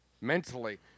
Mentally